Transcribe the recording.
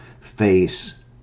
face